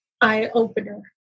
eye-opener